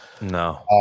No